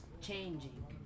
changing